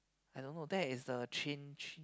I don't know that is the chin chin